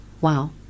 Wow